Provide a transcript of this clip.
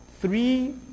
Three